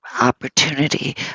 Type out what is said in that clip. opportunity